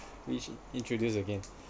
we should introduce again